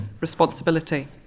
responsibility